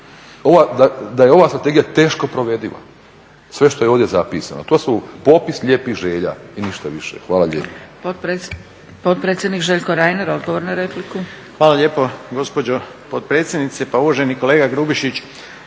da je ova Strategija teško provediva, sve što je ovdje zapisano. To su popis lijepih želja i ništa više. Hvala lijepa.